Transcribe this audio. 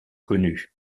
connue